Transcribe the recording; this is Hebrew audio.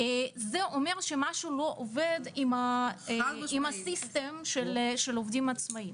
משהו לא עובד עם המערכת של עובדים עצמאים.